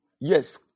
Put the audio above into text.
yes